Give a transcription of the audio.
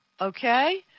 okay